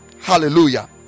Hallelujah